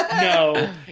no